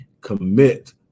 Commit